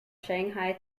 shanghai